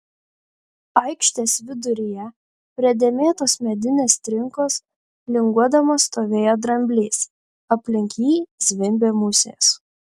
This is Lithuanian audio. aikštės viduryje prie dėmėtos medinės trinkos linguodamas stovėjo dramblys aplink jį zvimbė musės